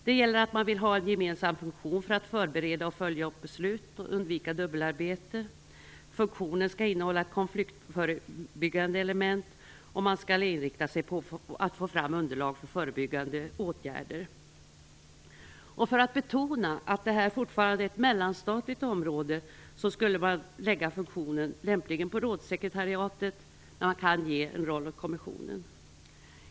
Det gäller att man vill ha en gemensam funktion för att förbereda och följa upp beslut och undvika dubbelarbete. Funktionen skall innehålla ett konfliktförebyggande element, och man skall inrikta sig på att få fram underlag för förebyggande åtgärder. För att betona att det här fortfarande är ett mellanstatligt område skulle man lämpligen lägga funktionen på rådssekretariatet, och man kan ge en roll åt kommissionen.